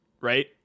right